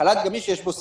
חל"ת גמיש יש בו סיכון.